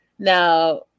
Now